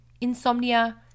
insomnia